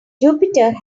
jupiter